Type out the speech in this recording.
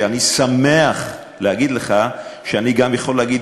ואני שמח להגיד לך שאני גם יכול להגיד,